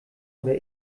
oder